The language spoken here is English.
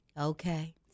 Okay